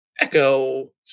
Echo